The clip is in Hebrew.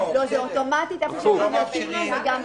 זה אוטומטית איפה שגיליוטינה וזה גם תיוג.